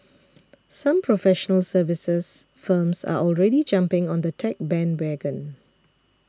some professional services firms are already jumping on the tech bandwagon